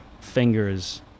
fingers